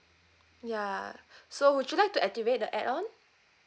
ya so would you like to activate the add on